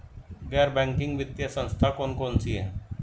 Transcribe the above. गैर बैंकिंग वित्तीय संस्था कौन कौन सी हैं?